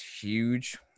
huge